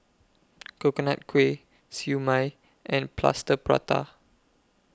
Coconut Kuih Siew Mai and Plaster Prata